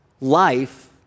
life